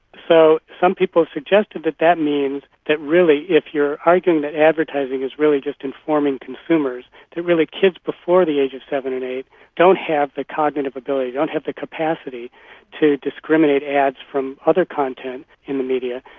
so some people suggested that that means that really if you're arguing that advertising is really just informing consumers, that really kids before the age of seven and eight don't have the cognitive ability, don't have the capacity to discriminate ads from other content in the media,